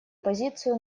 позицию